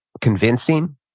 convincing